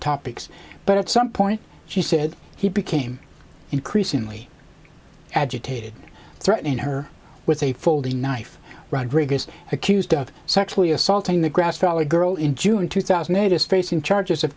topics but at some point she said he became increasingly agitated threatening her with a folding knife rodriguez accused of sexually assaulting the grass valley girl in june two thousand and eight is facing charges of